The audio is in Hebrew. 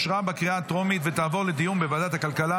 אושרה בקריאה הטרומית ותעבור לדיון בוועדת הכלכלה